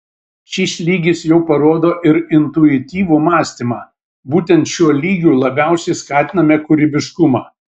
šis lygis jau parodo ir intuityvų mąstymą būtent šiuo lygiu labiausiai skatiname kūrybiškumą